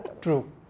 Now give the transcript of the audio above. True